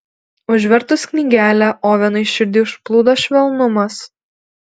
užvertus knygelę ovenui širdį užplūdo švelnumas